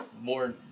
more